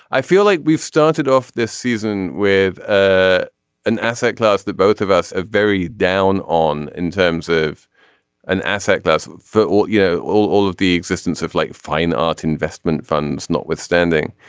i feel like we've started off this season with ah an asset class that both of us are very down on in terms of an asset class or you know all all of the existence of like fine art investment funds notwithstanding.